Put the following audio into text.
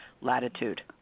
latitude